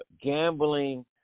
gambling